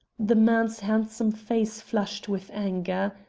the man's handsome face flushed with anger.